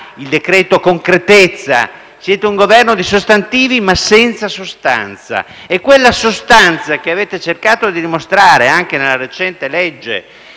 il decreto «concretezza». Siete un Governo di sostantivi ma senza sostanza, quella sostanza che avete cercato di mostrare anche nel recente